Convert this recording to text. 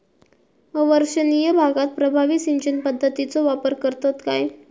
अवर्षणिय भागात प्रभावी सिंचन पद्धतीचो वापर करतत काय?